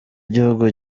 gihugu